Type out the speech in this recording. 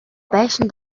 байшин